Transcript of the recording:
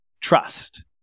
trust